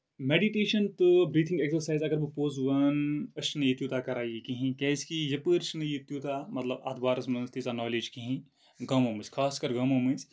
meditation تہٕ breathing exercise اَگر بہٕ پوٚز وَنہٕ أسۍ چھِ نہٕ یتہِ تیٚوٗتاہ کران یہِ کِہینۍ کیازِ کہِ یپٲرۍ چھُ نہٕ یہِ تیٚوٗتاہ مطلب اَتھ بارَس منٛز تیٖژہ نالیج کِہینۍ گامو مٔنزۍ خاص کر گامو مٔنزۍ